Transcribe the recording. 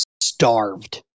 starved